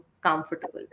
comfortable